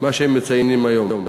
מה שהם מציינים היום.